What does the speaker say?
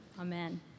Amen